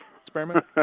experiment